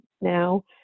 now